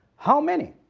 how many?